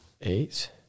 eight